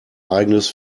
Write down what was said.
eigenes